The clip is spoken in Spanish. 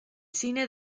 cine